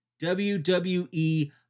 WWE